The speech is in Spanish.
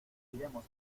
iremos